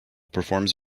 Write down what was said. performs